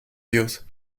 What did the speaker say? dios